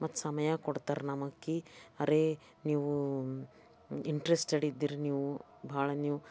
ಮತ್ತು ಸಮಯ ಕೊಡ್ತಾರೆ ನಮಗೆ ಕೀ ಅರೇ ನೀವೂ ಇಂಟ್ರೆಸ್ಟೆಡ್ ಇದ್ದೀರಿ ನೀವು ಭಾಳ ನೀವು